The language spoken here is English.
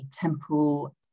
temple